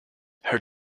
her